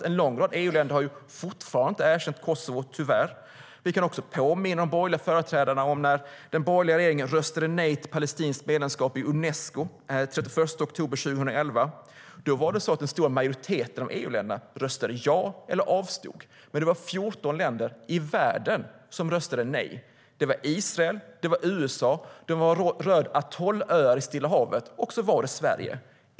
En lång rad EU-länder har tyvärr fortfarande inte erkänt Kosovo. Vi kan också påminna de borgerliga företrädarna om att den borgerliga regeringen röstade nej till palestinskt medlemskap i Unesco den 31 oktober 2011. Då röstade den stora majoriteten av EU-länderna ja eller avstod. Men det var 14 länder i världen som röstade nej. Det var bland annat Israel, USA och atollöar i Stilla Havet, och så var det Sverige.